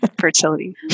fertility